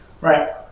Right